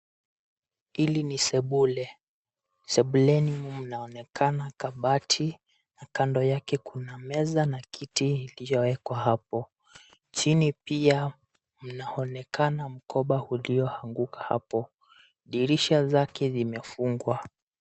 Hili ni sebule, sebuleni humu mnaonekana kabati na kando yake kuna meza na kiti iliyowekwa hapo. Chini pia mnaonekana mkoba ulioanguka hapo, dirisha zake zimefungwa.